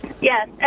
Yes